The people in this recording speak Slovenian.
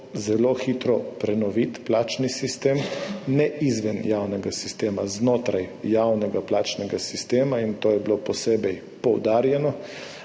zelo hitro prenoviti plačni sistem, ne izven javnega sistema, znotraj javnega plačnega sistema, in to je bilo posebej poudarjeno.